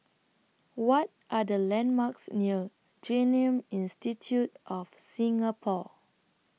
What Are The landmarks near Genome Institute of Singapore